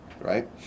right